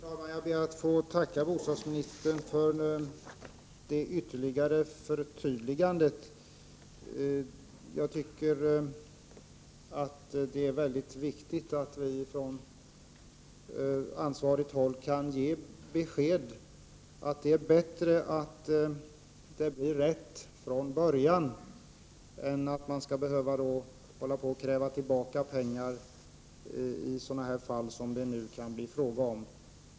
Herr talman! Jag ber att få tacka bostadsministern för det ytterligare förtydligandet. Jag tycker att det är viktigt att vi från ansvarigt håll kan ge beskedet att det är bättre att det blir rätt från början än att man skall behöva hålla på och kräva tillbaka pengar i sådana fall som det nu kan bli fråga om.